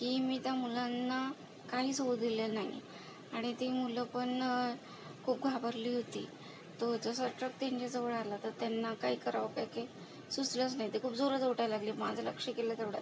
की मी त्या मुलांना काहीच होऊ दिले नाही आणि ती मुलं पण खूप घाबरली होती तो जसा ट्रक त्यांच्याजवळ आला तर त्यांना काही करावं काय की सुचलंच नाही ते खूप जोरात ओरडायला लागले माझं लक्ष गेलं तेवढ्यात